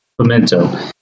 Pimento